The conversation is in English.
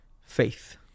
Faith